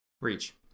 Reach